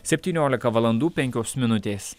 septyniolika valandų penkios minutės